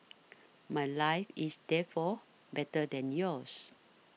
my life is therefore better than yours